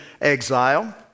exile